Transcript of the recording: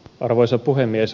arvoisa puhemies